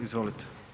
Izvolite.